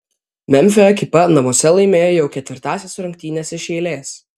memfio ekipa namuose laimėjo jau ketvirtąsias rungtynes iš eilės